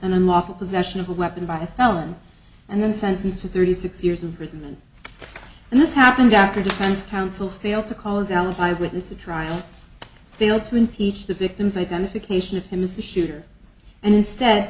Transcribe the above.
unlawful possession of a weapon by a felon and then sentenced to thirty six years in prison and this happened after defense counsel failed to call as alibi witnesses trial failed to impeach the victim's identification of him as the shooter and i